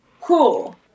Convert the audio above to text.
Cool